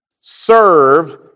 Serve